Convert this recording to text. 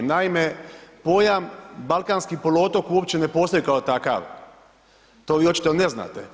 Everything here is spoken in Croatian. Naime, pojam balkanski poluotok uopće ne postoji kao takav, to vi očito ne znate.